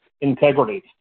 integrity